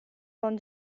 don